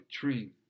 dream